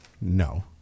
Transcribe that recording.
No